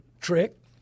trick